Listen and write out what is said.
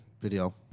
video